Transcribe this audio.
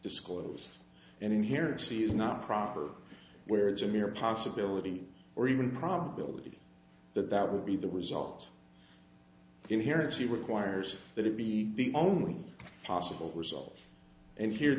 disclose and here is he is not proper where it's a mere possibility or even probability that that would be the result inherently requires that it be the only possible result and here